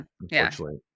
unfortunately